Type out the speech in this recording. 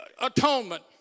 atonement